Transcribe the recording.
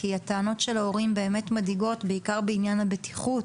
כי הטענות של ההורים באמת מדאיגות ובעיקר בעניין הבטיחות